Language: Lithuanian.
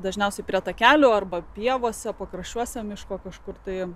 dažniausiai prie takelių arba pievose pakraščiuose miško kažkur tai